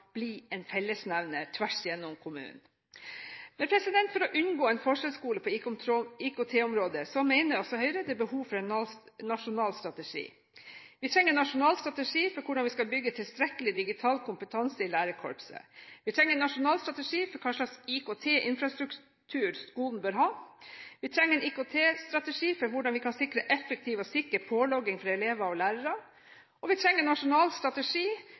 blir en fellesnevner tvers igjennom kommunen. For å unngå en forsøksskole på IKT-området mener Høyre at det er behov for en nasjonal strategi. Vi trenger en nasjonal strategi for hvordan vi skal bygge tilstrekkelig digital kompetanse i lærerkorpset. Vi trenger en nasjonal strategi for hva slags IKT-infrastruktur skolen bør ha. Vi trenger en IKT-strategi for hvordan vi kan sikre effektiv og sikker pålogging for elever og lærere. Vi trenger en nasjonal strategi